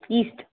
east